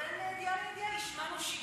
ובין ידיעה לידיעה השמענו שיעול.